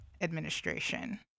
Administration